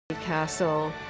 Castle